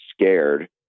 scared